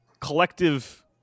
collective